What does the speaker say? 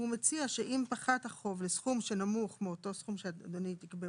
הוא מציע שאם פחת החוב לסכום שנמוך מאותו סכום שתקבעו,